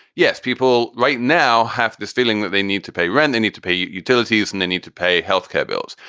yes, people right now have this feeling that they need to pay rent, they need to pay utilities and they need to pay health care bills.